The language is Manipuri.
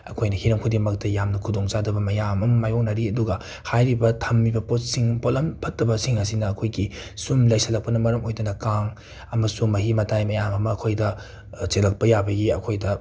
ꯑꯩꯈꯣꯏꯅ ꯍꯤꯔꯝ ꯈꯨꯗꯤꯡꯃꯛꯇ ꯌꯥꯝꯅ ꯈꯨꯗꯣꯡꯆꯥꯗꯕ ꯃꯌꯥꯝ ꯑꯃ ꯃꯥꯏꯌꯣꯛꯅꯔꯤ ꯑꯗꯨꯒ ꯍꯥꯏꯔꯤꯕ ꯊꯝꯂꯤꯕ ꯄꯣꯠꯁꯤꯡ ꯄꯣꯠꯂꯝ ꯐꯠꯇꯕꯁꯤꯡ ꯑꯁꯤꯅ ꯑꯩꯈꯣꯏꯒꯤ ꯁꯨꯝ ꯂꯩꯁꯤꯜꯂꯛꯄꯅ ꯃꯔꯝ ꯑꯣꯏꯗꯨꯅ ꯀꯥꯡ ꯑꯃꯁꯨꯡ ꯃꯍꯤ ꯃꯇꯥꯏ ꯃꯌꯥꯝ ꯑꯃ ꯑꯩꯈꯣꯏꯗ ꯆꯦꯜꯂꯛꯄ ꯌꯥꯕꯒꯤ ꯑꯩꯈꯣꯏꯗ